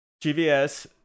GVS